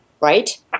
right